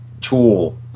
tool